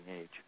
age